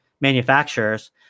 manufacturers